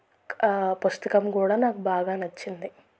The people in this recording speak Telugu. పుస్తకం కూడా నాకు బాగా నచ్చింది